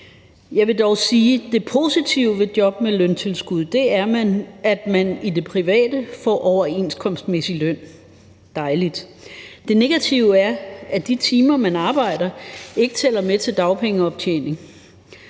det positive ved job med løntilskud er, at man i det private får overenskomstmæssig løn. Det er dejligt. Det negative er, at de timer, man arbejder, ikke tæller med til dagpengeoptjening.